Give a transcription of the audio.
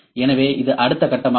எனவே இது அடுத்த கட்டமாகும்